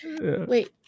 Wait